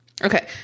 Okay